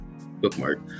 bookmark